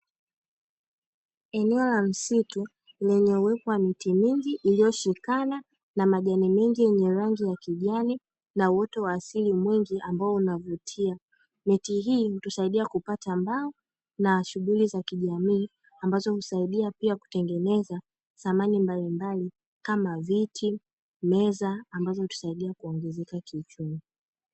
Eneo la msitu, lenye uwepo wa miti mingi iliyoshikana na majani mengi yenye rangi ya kijana na uoto wa asili mwingi ambao unavutia, miti hii hutusaidia kukata mbao na shughuli za kijamii ambazo husaidia pia kutengeneza samani mbalimbali kama viti, meza ambazo hutusaidia kuongezeka kiuchumi.